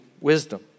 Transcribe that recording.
wisdom